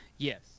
Yes